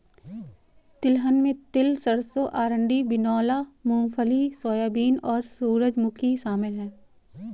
तिलहन में तिल सरसों अरंडी बिनौला मूँगफली सोयाबीन और सूरजमुखी शामिल है